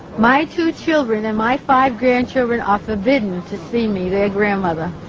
my two children and my five grandchildren are forbidden to see me, their grandmother.